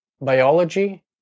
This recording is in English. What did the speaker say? Biology